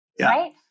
right